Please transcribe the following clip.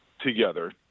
together